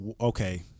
okay